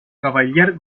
cavaller